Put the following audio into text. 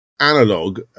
analog